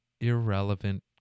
irrelevant